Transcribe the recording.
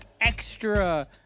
extra